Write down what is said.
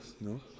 No